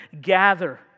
gather